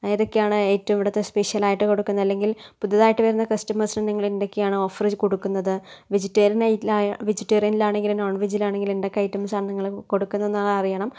ഏതൊക്കെയാണ് ഏറ്റവും ഇവിടെത്തെ സ്പെഷ്യലായിട്ട് കൊടുക്കുന്നത് അല്ലെങ്കിൽ പുതുതായിട്ട് വരുന്ന കസ്റ്റമേഴ്സിന് എന്തെങ്കിലും എന്തൊക്കെയാണ് ഓഫർ കൊടുക്കുന്നത് വെജിറ്റേറിയൻ വെജിറ്റേറിയനിൽ ആണെങ്കിലും നോൺ വെജിൽ ആണെങ്കിലും എന്തൊക്കെ ഐറ്റംസ് ആണ് കൊടുക്കുന്നുള്ളത് എന്നറിയണം